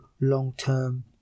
long-term